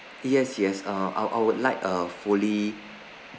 yes yes uh I l would like a fully